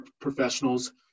professionals